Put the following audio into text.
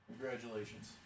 Congratulations